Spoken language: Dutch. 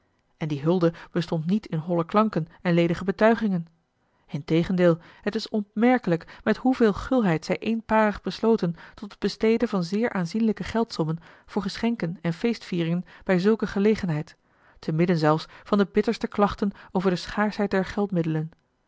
en die hulde bestond niet in holle klanken en ledige betuigingen integendeel het is opmerkelijk met hoeveel gulheid zij eenparig besloten tot het besteden van zeer aanzienlijke geldsommen voor geschenken en feestvieringen bij zulke gelegenheid te midden zelfs van de bitterste klachten over de schaarschheid der